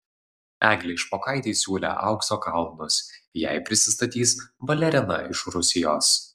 eglei špokaitei siūlė aukso kalnus jei prisistatys balerina iš rusijos